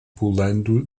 pulando